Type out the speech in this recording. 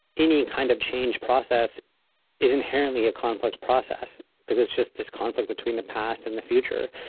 any kind of change process is inherently a conflict process. because it's just this conflict between the past and the future.